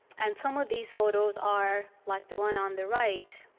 and some of these photos are like the one on the right,